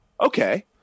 Okay